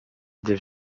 des